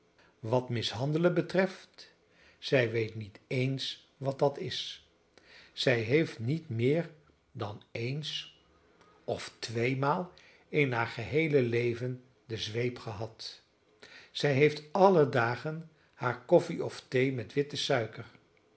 wat mishandelen betreft zij weet niet eens wat dat is zij heeft niet meer dan eens of tweemaal in haar geheele leven de zweep gehad zij heeft alle dagen haar koffie of thee met witte suiker